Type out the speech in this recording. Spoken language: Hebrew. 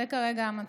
זה כרגע המצב.